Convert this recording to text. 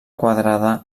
quadrada